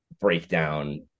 breakdown